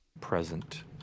present